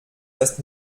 erst